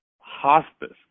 hospice